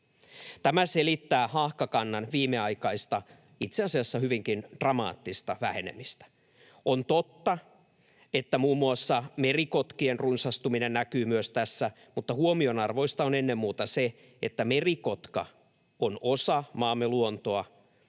Tämä selittää haahkakannan viimeaikaista, itse asiassa hyvinkin dramaattista vähenemistä. On totta, että muun muassa merikotkien runsastuminen näkyy myös tässä, mutta huomionarvoista on ennen muuta se, että merikotka on osa maamme luontoa,